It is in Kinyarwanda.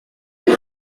isi